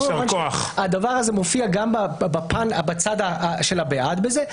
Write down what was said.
הדבר הזה מופיע גם בצד של הבעד בזה,